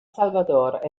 salvador